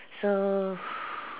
so